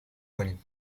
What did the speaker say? کنیم